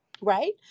Right